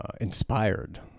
inspired